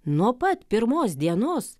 nuo pat pirmos dienos